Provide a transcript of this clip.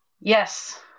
Yes